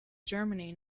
germany